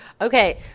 Okay